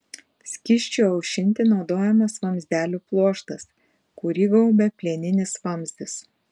skysčiui aušinti naudojamas vamzdelių pluoštas kurį gaubia plieninis vamzdis